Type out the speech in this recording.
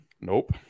Nope